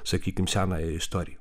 sakykim senąją istoriją